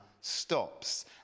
stops